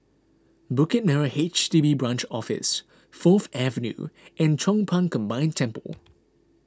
Bukit Merah H D B Branch Office Fourth Avenue and Chong Pang Combined Temple